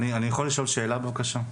אני יכול לשאול שאלה בבקשה.